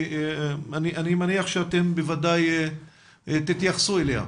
אני מניח שאתם בוודאי תתייחסו אליה.